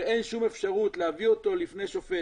ואין שום אפשרות להביא אותו לפני שופט,